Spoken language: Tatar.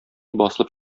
басылып